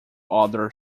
other